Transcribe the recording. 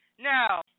Now